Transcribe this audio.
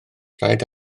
rhaid